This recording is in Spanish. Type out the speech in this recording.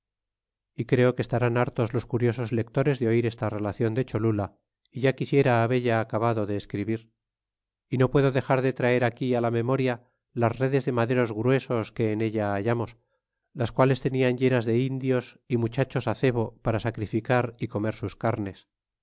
y creo que estarán hartos los curiosos lectores de oir esta relacion de cholula é ya quisiera habella acabado de escribir y no puedo dexar de traer aquí la memoria las redes de maderos gruesos que en ella hallamos las t'ales tenian llenas de indios y muchachos cebo para sacrificar y comer sus carnes